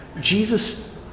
Jesus